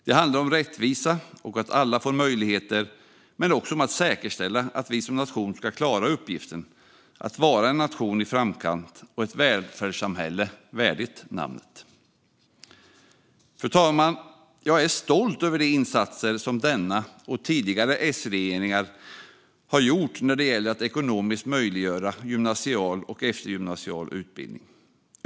Det handlar om rättvisa och att alla får möjligheter men också om att säkerställa att vi som nation ska klara uppgiften att vara en nation i framkant och ett välfärdssamhälle värdigt namnet. Fru talman! Jag är stolt över de insatser som denna och tidigare Sregeringar har gjort när det gäller att ekonomiskt möjliggöra gymnasial och eftergymnasial utbildning.